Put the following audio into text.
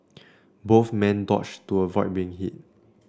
both men dodged to avoid being hit